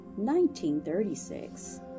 1936